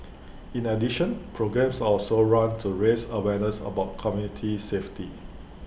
in addition programmes are also run to raise awareness about community safety